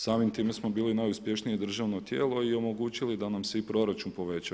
Samim time smo bili najuspješnije državno tijelo i omogućili da nam se i proračun poveća.